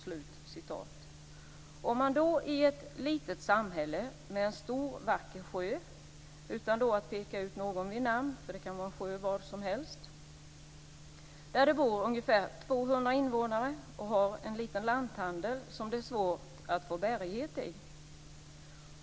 Vi kan tänka oss ett litet samhälle med en stor vacker sjö - utan att peka ut något samhälle med namn, eftersom det kan vara en sjö var som helst - där det bor ungefär 200 invånare och där det finns en liten lanthandel som det är svårt att få bärighet i.